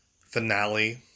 finale